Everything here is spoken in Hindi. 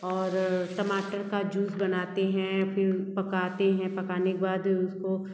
और टमाटर का जूस बनाते हैं फिर पकाते हैं पकाने के बाद उसको